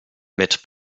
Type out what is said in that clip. mit